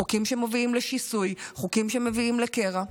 חוקים שמובילים לשיסוי, חוקים שמביאים לקרע.